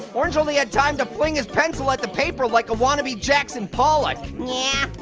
orange only had time to fling his pencil at the paper like a wannabe jackson pollock. yeah,